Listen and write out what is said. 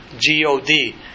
G-O-D